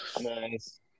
Nice